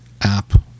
app